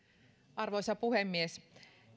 arvoisa puhemies